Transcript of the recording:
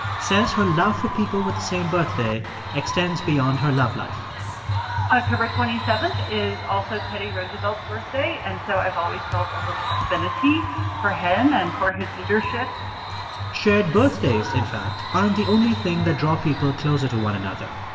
says her love for people with the same birthday extends beyond her love life october twenty seven is also teddy roosevelt's birthday, and so i've always felt a little affinity for him and for his leadership shared birthdays, in fact, aren't the only thing that draw people closer to one another.